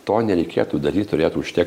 to nereikėtų daryt turėtų užtekt